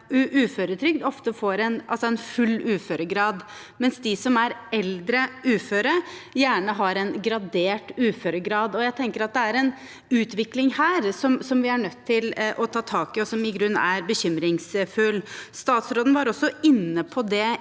uføretrygd får ofte en full uføregrad, mens de som er eldre uføre, gjerne har en gradert uføregrad. Jeg tenker at det er en utvikling her som vi er nødt til å ta tak i, og som i grunnen er bekymringsfull. Statsråden var også inne på det